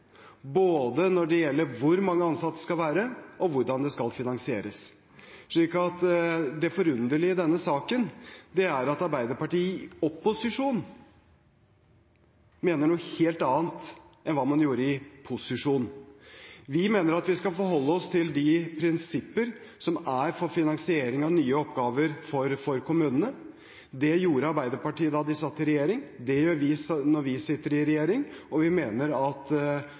når det gjelder både hvor mange ansatte det skal være, og hvordan det skal finansieres. Det forunderlige i denne saken er at Arbeiderpartiet i opposisjon mener noe helt annet enn man gjorde i posisjon. Vi mener at vi skal forholde oss til de prinsipper som er for finansiering av nye oppgaver for kommunene. Det gjorde Arbeiderpartiet da de satt i regjering, det gjør vi når vi sitter i regjering, og vi mener at